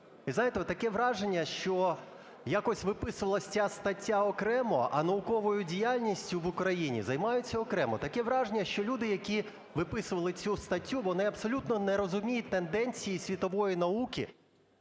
Ви знаєте, отаке враження, що якось виписувалась ця стаття окремо, а науковою діяльністю в Україні займаються окремо. Таке враження, що люди, які виписували цю статтю, вони абсолютно не розуміють тенденції світової науки.